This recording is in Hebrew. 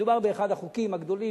מדובר באחד החוקים הגדולים,